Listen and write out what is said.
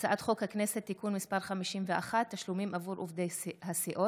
הצעת חוק הכנסת (תיקון מס' 51) (תשלומים עבור עובדי הסיעות),